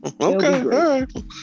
okay